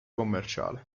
commerciale